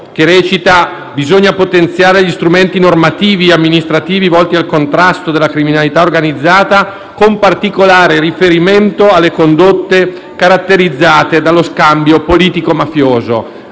cui bisogna potenziare gli strumenti normativi e amministrativi volti al contrasto della criminalità organizzata con particolare riferimento alle condotte caratterizzate dallo scambio politico-mafioso.